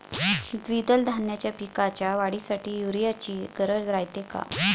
द्विदल धान्याच्या पिकाच्या वाढीसाठी यूरिया ची गरज रायते का?